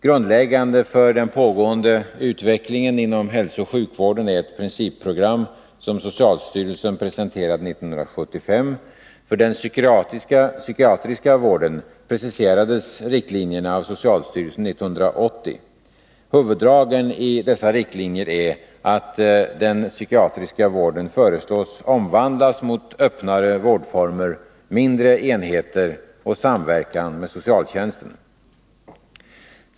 Grundläggande för den pågående utvecklingen inom hälsooch sjukvården är ett principprogram som socialstyrelsen presenterade 1975. För den psykiatriska vården preciserades riktlinjerna av socialstyrelsen 1980. Huvuddragen i dessa riktlinjer är att den psykiatriska vården föreslås omvandlas mot öppnare vårdformer, mindre enheter och samverkan med socialtjänsten.